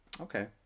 Okay